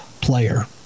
player